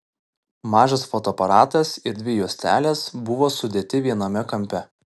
mažas fotoaparatas ir dvi juostelės buvo sudėti viename kampe